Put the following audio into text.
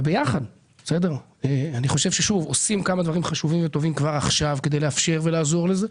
אנחנו עושים כמה דברים חשובים וטובים כבר עכשיו כדי לאפשר ולעזור לזה,